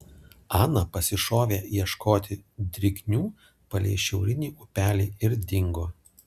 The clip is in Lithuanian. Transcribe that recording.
ana pasišovė ieškoti drignių palei šiaurinį upelį ir dingo